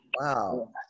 Wow